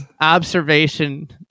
observation